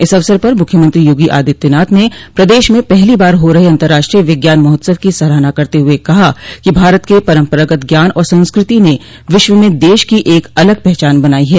इस अवसर पर मुख्यमंत्री योगी आदित्यनाथ ने प्रदेश में पहली बार हो रहे अतर्राष्ट्रीय विज्ञान महोत्सव की सराहना करते हुए कहा कि भारत के परम्परागत ज्ञान और संस्कृति ने विश्व में देश की एक अलग पहचान बनाई है